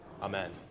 Amen